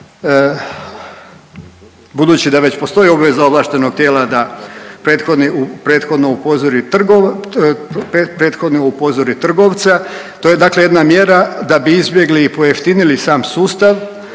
budući da već postoji obveza ovlaštenog tijela da prethodno upozori, prethodno upozori trgovca, to je dakle jedna mjera da bi izbjegli i pojeftinili sam sustav